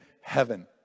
heaven